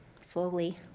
slowly